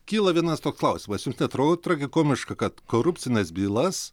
kyla vienas toks klausimas jums neatrodo tragikomiška kad korupcines bylas